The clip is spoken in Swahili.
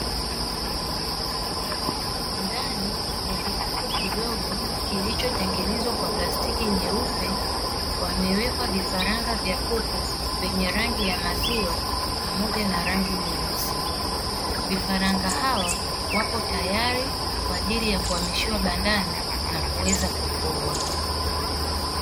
Ndani ya kikapu kidogo kilichotengenezwa kwa plastiki nyeupe, wamewekwa vifaranga vya kuku; vyenye rangi ya maziwa pamoja na rangi nyeusi. Vifaranga hawa wako tayari kwa ajili ya kuhamishiwa bandani na kuweza kufugwa.